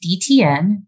DTN